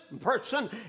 person